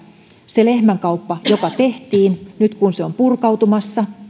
se lehmänkauppa joka tehtiin on nyt purkautumassa